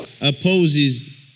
opposes